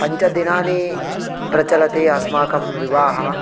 पञ्चदिनानि प्रचलति अस्माकं विवाहः